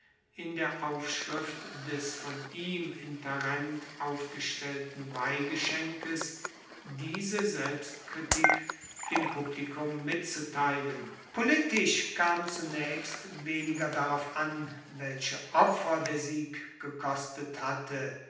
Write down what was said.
in der aufschrift des von ihm in tarent aufgestellten weihgeschenkes diese selbstkritik dem publikum mitzuteilen politisch kam zunaechst wenig darauf an welche opfer der sieg gekostet hatte